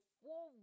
four